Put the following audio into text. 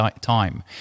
time